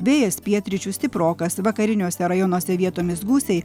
vėjas pietryčių stiprokas vakariniuose rajonuose vietomis gūsiai